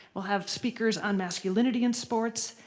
we'll have speakers on masculinity in sports.